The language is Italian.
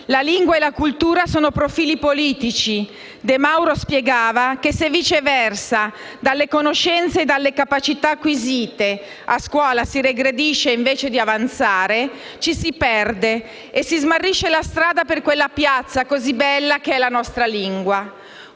La lingua e la cultura sono profili politici. De Mauro spiegava che se, viceversa, dalle conoscenze e dalle capacità acquisite a scuola si regredisce invece di avanzare, ci si perde e si smarrisce la strada per quella piazza così bella che è la nostra lingua,